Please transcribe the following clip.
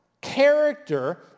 character